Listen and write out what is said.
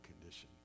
condition